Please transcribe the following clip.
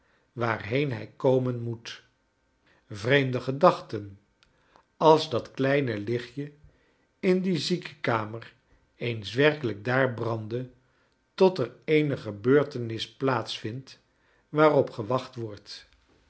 waarheen hij komen m o e t vreemde gedachte als dat kleine lichtje in die ziekenkamer eens erkelijk daar brandde tot er eene gebeurtenis plaats vindt waarop gewacht wordt